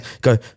go